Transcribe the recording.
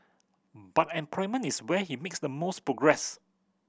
but employment is where he mix the most progress